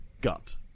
Gut